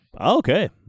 Okay